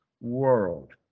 world